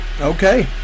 okay